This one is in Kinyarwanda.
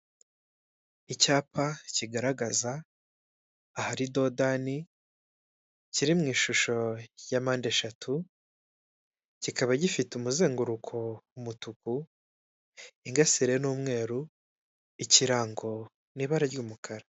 Icyapa kigaragaza ahari dodani kiri mu ishusho ya mpande eshatu kikaba gifite umuzenguruko w'umutuku ingasire ni umweru ikirango ni ibara ry'umukara .